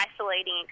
isolating